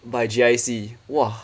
by G_I_C !wah!